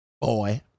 Boy